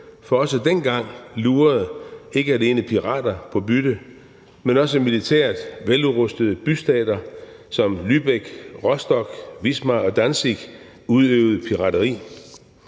for også dengang lurede ikke alene pirater på bytte, men også militært veludrustede bystater som Lübeck, Rostock, Wismar og Danzig udøvede pirateri.